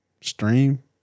stream